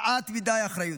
מעט מדי אחריות.